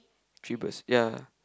three birds ya